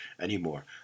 anymore